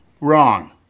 Wrong